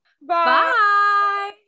Bye